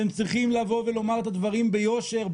אתם צריכים לבוא ולומר את הדברים ביושר,